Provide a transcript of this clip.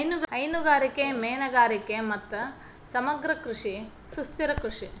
ಹೈನುಗಾರಿಕೆ, ಮೇನುಗಾರಿಗೆ ಮತ್ತು ಸಮಗ್ರ ಕೃಷಿ ಸುಸ್ಥಿರ ಕೃಷಿ